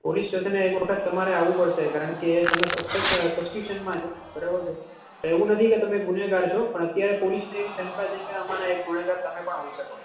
police સ્ટેશને એક વખત તમારે આવવું પડશે કારણ કે તમે સસ્પેક્ટ અ સસ્પીશનમાં છો બરાબર છે એવું નથી કે તમે ગુનેગાર છો પણ અત્યારે પોલીસને એવી શંકા છે કે આમાં એક ગુનેગાર તમે પણ હોઈ શકો છો